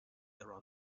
around